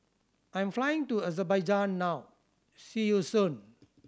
I am flying to Azerbaijan now see you soon